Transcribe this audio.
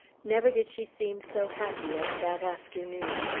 never did she seem so happy as that afternoon.